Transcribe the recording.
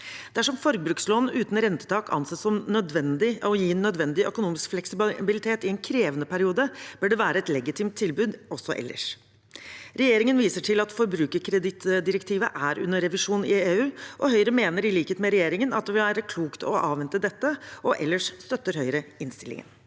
Dersom forbrukslån uten rentetak anses som å gi nødvendig økonomisk fleksibilitet i en krevende periode, bør det være et legitimt tilbud også ellers. Regjeringen viser til at forbrukerkredittdirektivet er under revisjon i EU, og Høyre mener i likhet med regjeringen at det vil være klokt å avvente dette. Ellers støtter Høyre innstillingen.